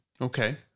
Okay